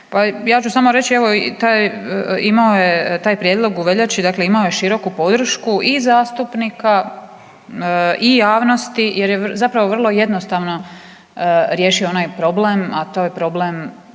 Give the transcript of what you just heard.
ja ću samo reći evo taj, imao je, taj prijedlog u veljači dakle imao je široku podršku i zastupnika i javnosti jer je zapravo vrlo jednostavno riješio onaj problem, a to je problem